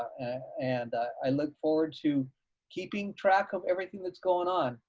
and i look forward to keeping track of everything that's going on.